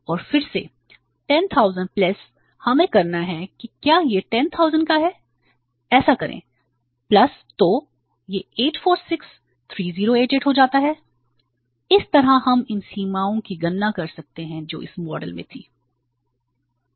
और फिर से 10000 हमें करना है कि क्या यह 10000 का है ऐसा करें तो यह 8463088 हो जाता है इस तरह हम इन सीमाओं की गणना कर सकते हैं जो इस मॉडल में थीं